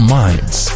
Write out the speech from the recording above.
minds